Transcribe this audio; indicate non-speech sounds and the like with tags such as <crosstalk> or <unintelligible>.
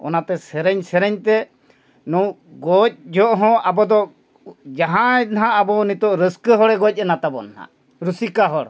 ᱚᱱᱟᱛᱮ ᱥᱮᱨᱮᱧ ᱥᱮᱨᱮᱧ ᱛᱮ <unintelligible> ᱜᱚᱡ ᱡᱚᱜ ᱦᱚᱸ ᱟᱵᱚ ᱫᱚ ᱡᱟᱦᱟᱸᱭ ᱱᱟᱦᱟᱜ ᱟᱵᱚ ᱱᱤᱛᱚᱜ ᱨᱟᱹᱥᱠᱟᱹ ᱦᱚᱲᱮ ᱜᱚᱡ ᱮᱱᱟ ᱛᱟᱵᱚᱱ ᱦᱟᱸᱜ ᱨᱩᱥᱤᱠᱟ ᱦᱚᱲ